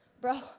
bro